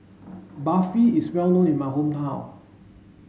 Barfi is well known in my hometown